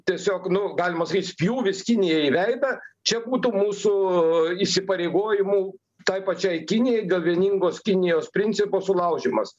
tiesiog nu galima sakyt spjūvis kinijai į veidą čia būtų mūsų įsipareigojimų tai pačiai kinijai dėl vieningos kinijos principo sulaužymas